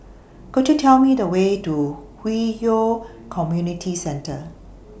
Could YOU Tell Me The Way to Hwi Yoh Community Centre